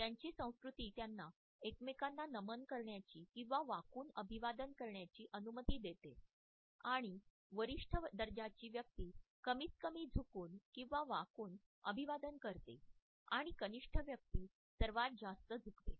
त्यांची संस्कृती त्यांना एकमेकांना नमन करण्याची किंवा वाकून अभिवादना करण्याची अनुमती देते आणि वरिष्ठ दर्जाची व्यक्ती कमीतकमी झुकून किंवा वाकून अभिवादन करते आणि कनिष्ठ व्यक्ती सर्वात जास्त झुकते